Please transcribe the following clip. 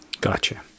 Gotcha